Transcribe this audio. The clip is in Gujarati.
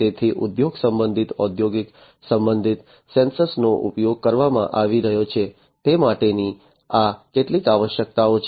તેથી ઉદ્યોગ સંબંધિત ઔદ્યોગિક સંબંધિત સેન્સર્સનો ઉપયોગ કરવામાં આવી રહ્યો છે તે માટેની આ કેટલીક આવશ્યકતાઓ છે